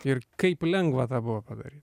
ir kaip lengva tą buvo padary